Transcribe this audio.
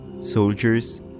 soldiers